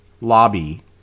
lobby